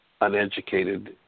uneducated